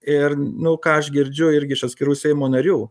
ir nu ką aš girdžiu irgi iš atskirų seimo narių